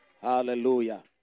Hallelujah